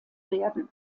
werden